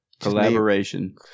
collaboration